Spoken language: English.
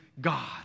God